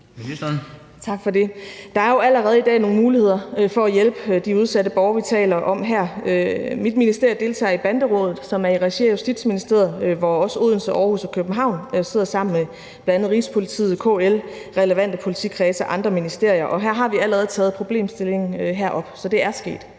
Tak for det. Der er jo allerede i dag nogle muligheder for at hjælpe de udsatte borgere, vi taler om her. Mit ministerie deltager i banderådet, som er i regi af Justitsministeriet, hvor også Odense, Aarhus og København sidder sammen med bl.a. Rigspolitiet, KL, relevante politikredse og andre ministerier, og her har vi allerede taget problemstillingen op – så det er sket.